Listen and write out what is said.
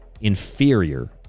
inferior